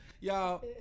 Y'all